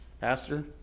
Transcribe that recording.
pastor